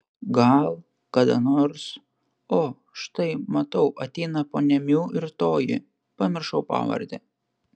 gal kada nors o štai matau ateina ponia miu ir toji pamiršau pavardę